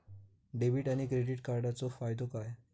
Debit आणि credit कार्डचो फायदो काय?